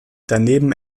daneben